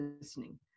listening